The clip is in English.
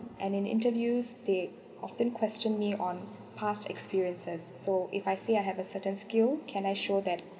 and in interviews they often question me on past experiences so if I see I have a certain skill can I show that